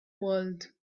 world